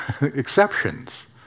exceptions